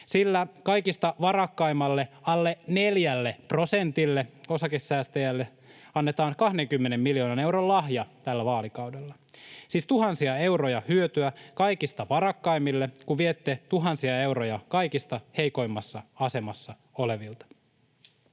Sillä kaikista varakkaimmalle alle neljälle prosentille osakesäästäjistä annetaan 20 miljoonan euron lahja tällä vaalikaudella. Siis tuhansia euroja hyötyä kaikista varakkaimmille, kun viette tuhansia euroja kaikista heikoimmassa asemassa olevilta.